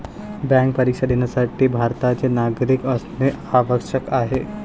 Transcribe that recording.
bank परीक्षा देण्यासाठी भारताचे नागरिक असणे आवश्यक आहे